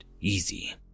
easy